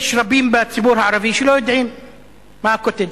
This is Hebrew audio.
יש רבים בציבור הערבי שלא יודעים מהו ה"קוטג'".